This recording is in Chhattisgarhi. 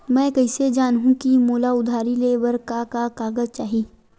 मैं कइसे जानहुँ कि मोला उधारी ले बर का का कागज चाही?